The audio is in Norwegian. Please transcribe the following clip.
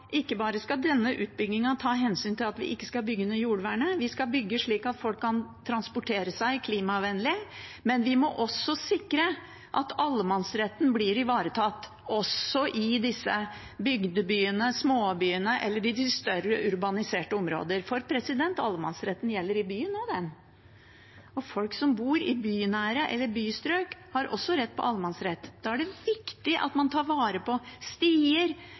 vi ikke skal bygge ned jordvernet, vi skal bygge slik at folk kan transportere seg klimavennlig, og vi må også sikre at allemannsretten blir ivaretatt, også i disse bygdebyene, småbyene eller i de større, urbaniserte områdene. For allemannsretten gjelder i byen også. For folk som bor i bynære strøk eller bystrøk, gjelder også allemannsretten. Da er det viktig at man tar vare på stier